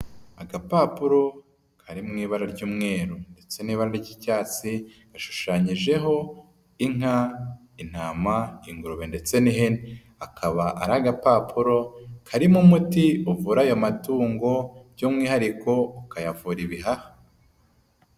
Agapapuro kari mu ibara ry'umweru ndetse n'ibara ry'icyatsi gashushanyijeho inka, intama, ingurube ndetse n'ihene, akaba ari agapapuro karimo umuti uvura ayo matungo by'umwihariko ukayavura ibihaha.